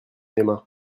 aima